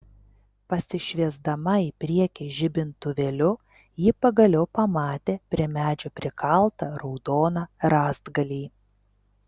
pasišviesdama į priekį žibintuvėliu ji pagaliau pamatė prie medžio prikaltą raudoną rąstgalį